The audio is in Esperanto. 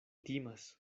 timas